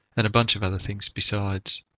and a bunch of other things besides.